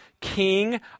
king